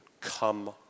come